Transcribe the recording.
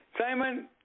Simon